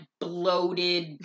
bloated